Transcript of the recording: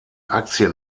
aktien